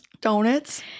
donuts